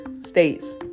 states